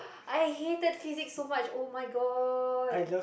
I hated physics so much oh-my-god